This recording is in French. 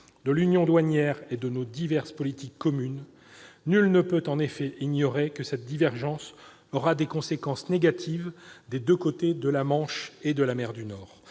de l'union douanière et de nos diverses politiques communes, nul ne peut en effet ignorer que ce processus emportera des conséquences négatives des deux côtés de la Manche et de la mer du Nord